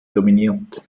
dominiert